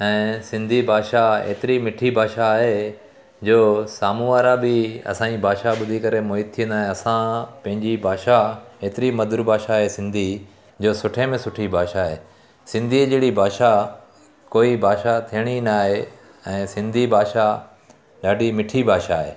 ऐं सिंधी भाषा हेतिरी मिठी भाषा आहे जो साम्हूं वारा बि असांजी भाषा ॿुधी करे मोहित थी वेंदा ऐं असां पंहिंजी भाषा हेतिरी मधुर भाषा आहे सिंधी जो सुठे में सुठी भाषा आहे सिंधीअ जहिड़ी भाषा कोई भाषा थियणी ई ना आहे ऐं सिंधी भाषा ॾाढी मिठी भाषा आहे